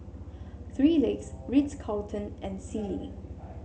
Three Legs Ritz Carlton and Sealy